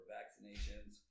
vaccinations